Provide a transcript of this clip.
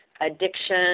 addiction